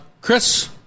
Chris